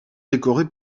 décorés